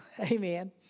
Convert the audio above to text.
Amen